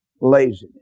laziness